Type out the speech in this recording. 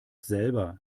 selber